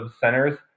centers